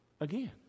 again